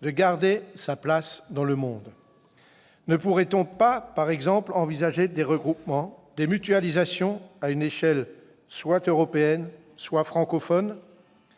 de garder sa place dans le monde. Ne pourrait-on, par exemple, envisager des regroupements, des mutualisations, à une échelle soit européenne, soit francophone ?